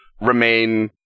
remain